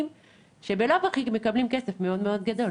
אנחנו נראה מה ההיקף של הביקושים שיש בשוק.